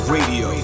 Radio